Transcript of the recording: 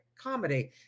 comedy